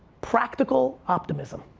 practical optimism.